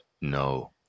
No